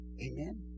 Amen